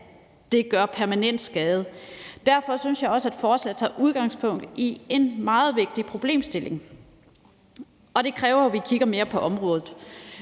det gør permanent skade. Derfor synes jeg også, at forslaget tager udgangspunkt i en meget vigtig problemstilling, og det kræver jo, at vi kigger mere på området.